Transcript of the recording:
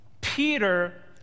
Peter